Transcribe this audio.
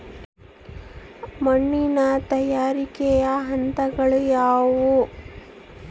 ಮಣ್ಣಿನ ತಯಾರಿಕೆಯ ಹಂತಗಳು ಯಾವುವು?